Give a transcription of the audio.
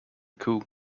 coup